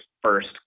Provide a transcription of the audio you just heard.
first